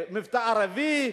מבטא ערבי,